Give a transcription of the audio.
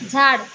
झाड